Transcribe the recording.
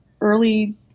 early